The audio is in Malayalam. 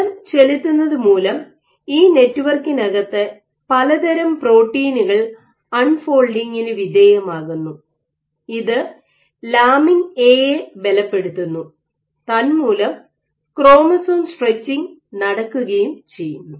ബലം ചെലുത്തുന്നത് മൂലം ഈ നെറ്റ്വർക്കിനകത്ത് പല തരം പ്രോട്ടീനുകൾ അൺഫോൾഡിങ്ങിനു വിധേയമാകുന്നു ഇത് ലാമിൻ എ യെ ബലപ്പെടുത്തുന്നു തന്മൂലം ക്രോമസോം സ്ട്രെച്ചിങ് നടക്കുകയും ചെയ്യുന്നു